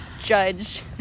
judge